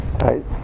right